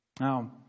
Now